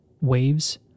Waves